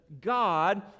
God